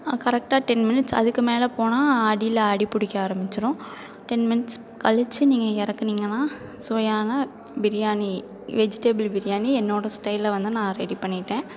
கரெக்டாக ten minutes அதுக்கு மேல போனால் அடியில் அடி பிடிக்க ஆரம்பிச்சிடும் டென் மினிட்ஸ் கழிச்சி நீங்கள் இறக்குனீங்கன்னா சுவையான பிரியாணி வெஜிடேபிள் பிரியாணி என்னோட ஸ்டைலில் வந்து நான் ரெடி பண்ணிட்டேன்